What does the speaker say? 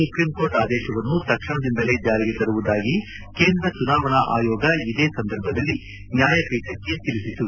supreme court ಆದೇಶವನ್ನು ತಕ್ಷಣದಿಂದಲೇ ಜಾರಿಗೆ ತರುವುದಾಗಿ ಕೇಂದ್ರ ಚುನಾವಣಾ ಆಯೋಗ ಇದೇ ಸಂದರ್ಭದಲ್ಲಿ ನ್ಯಾಯಪೀಠಕ್ಕೆ ತಿಳಿಸಿತು